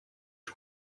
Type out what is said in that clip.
der